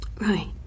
Right